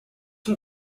son